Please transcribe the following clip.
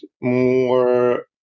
more